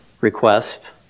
request